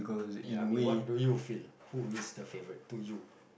ya I mean what do you feel who is the favourite to you